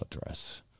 address